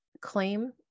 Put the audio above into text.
claim